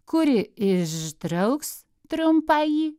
kuri ištrauks trumpąjį